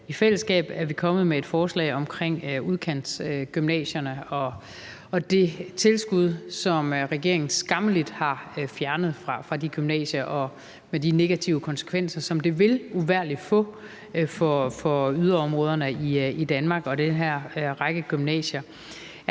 i fællesskab er kommet med et forslag omkring udkantsgymnasierne og det tilskud, som regeringen skammeligt har fjernet fra de gymnasier – med de negative konsekvenser, som det uvægerlig vil få for yderområderne i Danmark og den her række gymnasier.